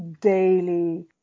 daily